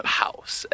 house